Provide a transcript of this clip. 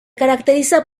caracteriza